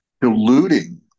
diluting